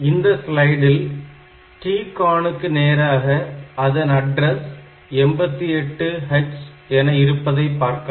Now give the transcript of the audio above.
இந்த ஸ்லைடில் TCON க்கு நேராக அதன் அட்ரஸ் 88H என இருப்பதை பார்க்கலாம்